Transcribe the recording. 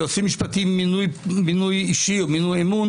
יועצים משפטיים במינוי אישי או מינוי אמון